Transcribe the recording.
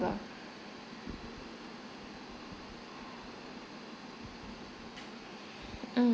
mm